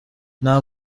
nta